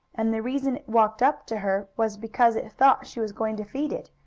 and the reason it walked up to her was because it thought she was going to feed it,